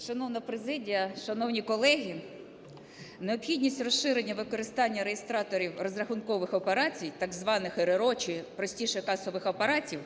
Шановна президія, шановні колеги! Необхідність розширення використання реєстраторів розрахункових операцій, так званих РРО чи простіше – касових апаратів,